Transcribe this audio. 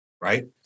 right